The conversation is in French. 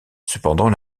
cependant